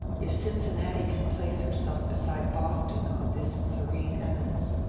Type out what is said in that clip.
if cincinnati can place herself beside boston on this serene eminence,